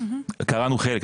קראנו חלק,